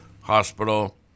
hospital